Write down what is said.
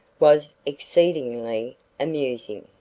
was exceedingly amusing.